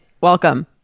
Welcome